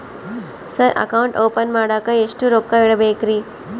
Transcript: Sir account open ಮಾಡಾಕ ಎಷ್ಟು ರೊಕ್ಕ ಇಡಬೇಕ್ರಿ?